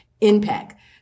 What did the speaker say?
impact